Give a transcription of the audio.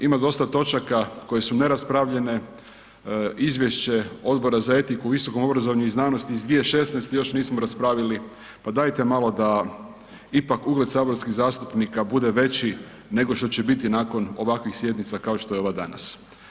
Ima dosta točaka koje su neraspravljene, izvješće Odbora za etiku u visokom obrazovanju i znanosti iz 2016. još nismo raspravili, pa dajte malo da ipak ugled saborskih zastupnika bude veći nego što će biti nakon ovakvih sjednica kao što je ova danas.